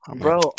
Bro